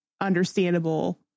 understandable